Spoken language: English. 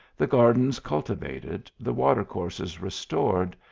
the gardens cultivated, the water courses restored,